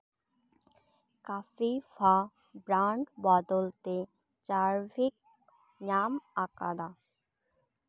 ᱠᱟᱯᱤᱯᱷᱟ brand ᱵᱚᱫᱚᱞ ᱛᱮ ᱪᱟᱨᱵᱷᱤᱠ ᱧᱟᱢ ᱟᱠᱟᱫᱟ